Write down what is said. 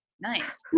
nice